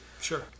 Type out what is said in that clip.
Sure